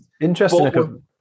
interesting